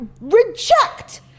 reject